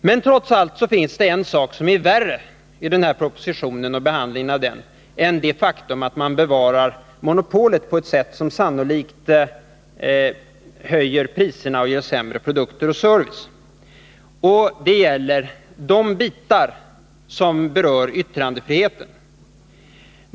Men trots allt finns en sak som är värre i den här propositionen och behandlingen av den än det faktum att man bevarar monopolet på ett sätt som sannolikt höjer priserna och ger sämre produkter och service. Det gäller de bitar som berör yttrandefriheten.